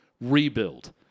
rebuild